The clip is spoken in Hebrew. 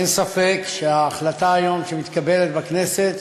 אין ספק שההחלטה שמתקבלת היום בכנסת